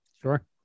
Sure